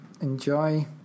Enjoy